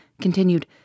continued